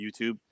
YouTube